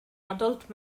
adult